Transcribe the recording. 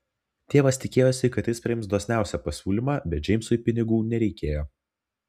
tėvas tikėjosi kad jis priims dosniausią pasiūlymą bet džeimsui pinigų nereikėjo